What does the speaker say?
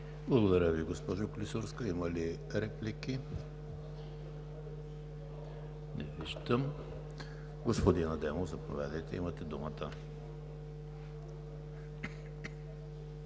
Благодаря Ви, госпожо Клисурска. Има ли реплики? Не виждам. Господин Адемов, заповядайте, имате думата.